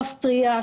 אוסטריה,